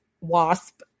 wasp